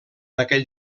aquell